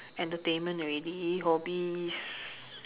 entertainment already hobbies